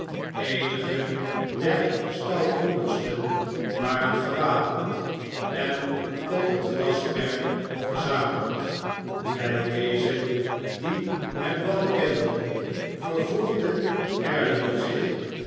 eenigen der stoutmoedigsten waren gewapend en op het grasperk verzameld bij dezen die hem wel kenden vervoegde haredale zich